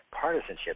partisanship